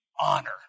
honor